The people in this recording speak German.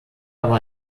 aber